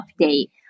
update